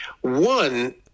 One